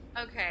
okay